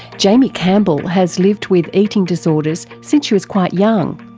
jaimie campbell has lived with eating disorders since she was quite young.